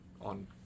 on